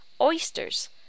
Oysters